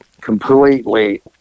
completely